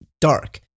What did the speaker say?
dark